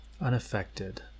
unaffected